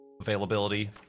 ...availability